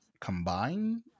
combine